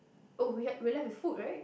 oh we had we left with food right